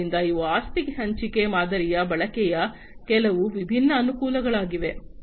ಆದ್ದರಿಂದ ಇವು ಆಸ್ತಿ ಹಂಚಿಕೆ ಮಾದರಿಯ ಬಳಕೆಯ ಕೆಲವು ವಿಭಿನ್ನ ಅನುಕೂಲಗಳಾಗಿವೆ